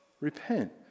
repent